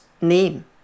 name